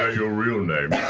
ah your real name?